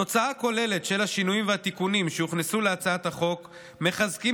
בתוצאה הכוללת השינויים והתיקונים שהוכנסו להצעת החוק מחזקים